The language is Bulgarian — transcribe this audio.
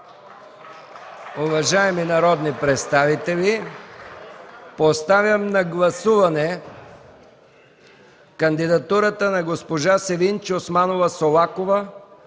Уважаеми народни представители, поставям на гласуване кандидатурата на госпожа Севинч Османова Солакова,